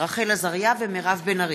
רחל עזריה ומירב בן ארי.